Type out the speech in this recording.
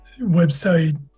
website